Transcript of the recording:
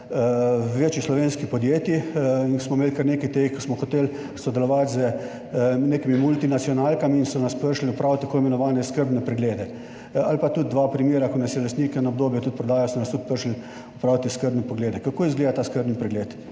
večji slovenskih podjetjih in smo imeli kar nekaj teh, ki smo hoteli sodelovati z nekimi multinacionalkami in so nam prišli opraviti tako imenovane skrbne preglede ali pa tudi dva primera, ko nas je lastnik, eno obdobje tudi prodajal, so nas tudi prišli opraviti skrbne preglede. Kako izgleda ta skrbni pregled?